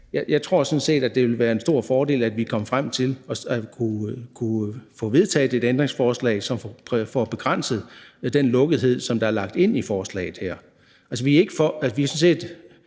jeg tror sådan set, at det ville være en stor fordel, at vi kom frem til, at vi kunne få vedtaget et ændringsforslag, som får begrænset den lukkethed, som der er lagt ind i forslaget her. Altså, vi kan godt